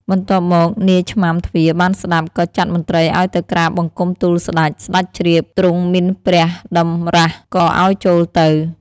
បន្ទាប់មកនាយឆ្មាំទ្វារបានស្តាប់ ក៏ចាត់មន្រ្តីឲ្យទៅក្រាបបង្គំទូលសេ្តច សេ្តចជ្រាបទ្រង់មានព្រះតម្រាសក៏ឲ្យចូលទៅ។